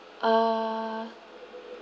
ah